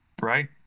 right